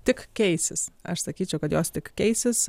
tik keisis aš sakyčiau kad jos tik keisis